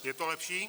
Je to lepší?